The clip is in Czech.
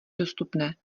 dostupné